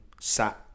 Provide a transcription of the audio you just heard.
sat